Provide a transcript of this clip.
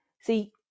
See